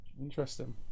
Interesting